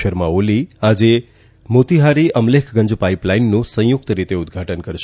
શર્મા ઓલી આજે મોતીહારી અમલેખગંજ પાઇપલાઇનનું સંયુક્ત રીતે ઉદ્દઘાટન કરશે